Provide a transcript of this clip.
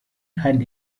had